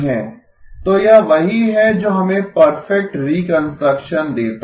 तो यह वही है जो हमें परफेक्ट रिकंस्ट्रक्शन देता है